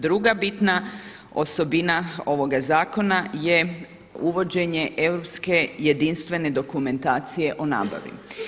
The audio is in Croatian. Druga bitna osobina ovoga zakona je uvođenje europske jedinstvene dokumentacije o nabavi.